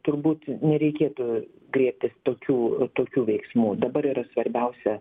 turbūt nereikėtų griebtis tokių tokių veiksmų dabar yra svarbiausia